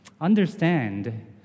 Understand